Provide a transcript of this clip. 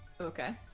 Okay